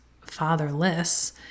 fatherless